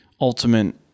ultimate